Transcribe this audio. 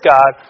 God